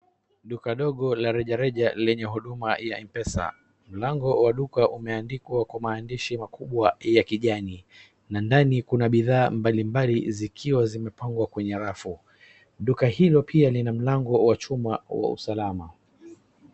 Duka ndogo la rejareja lenye huduma ya M pesa. Mlango wa duka umeandikwa kwa maandishi makubwa ya kijani na ndani kuna bidhaa mbali mbali zikiwa zimepangwa kwenye rafo. Duka hilo pia lina mlango wa chuma wa usalama.